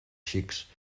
xics